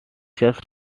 just